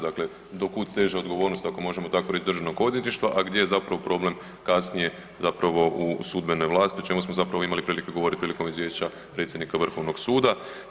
Dakle do kuda seže odgovornost ako može tako reći državnog odvjetništva, a gdje je zapravo problem kasnije zapravo u sudbenoj vlasti o čemu smo zapravo imali prilike govoriti prilikom izvješća predsjednika Vrhovnog suda.